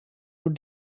door